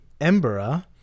Embera